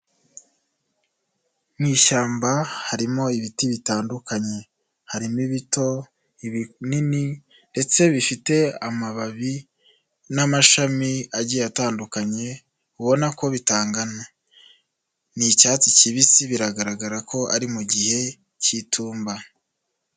Mu ishyamba harimo ibiti bitandukanye, harimo ibito ibinini ndetse bifite amababi n'amashami agiye atandukanye, ubona ko bitangana ni icyatsi kibisi biragaragara ko ari mu gihe k'itumba.